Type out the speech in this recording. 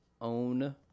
own